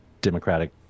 Democratic